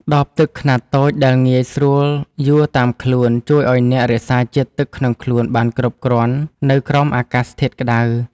ដបទឹកខ្នាតតូចដែលងាយស្រួលយួរតាមខ្លួន ជួយឱ្យអ្នករក្សាជាតិទឹកក្នុងខ្លួនបានគ្រប់គ្រាន់នៅក្រោមអាកាសធាតុក្ដៅ។